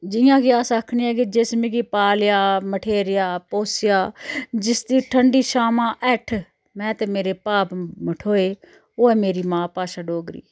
जियां कि अस आखने आं कि जिस मिगी पालेआ मठेरेआ पोसेआ जिसदी ठंडी छामां हैठ में ते मेरे भाव मठोए ओह् ऐ मेरी मां भाशा डोगरी